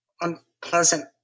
unpleasant